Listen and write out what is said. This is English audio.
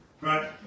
Right